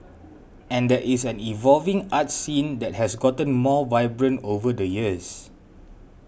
and there is an evolving arts scene that has gotten more vibrant over the years